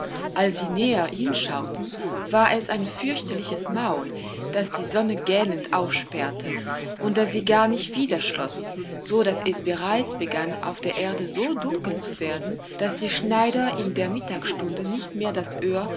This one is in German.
als sie näher hinschauten war es ein fürchterliches maul das die sonne gähnend aufsperrte und das sie gar nicht wieder schloß so daß es bereits begann auf der erde so dunkel zu werden daß die schneider in der mittagsstunde nicht mehr das öhr